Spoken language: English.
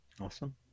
Awesome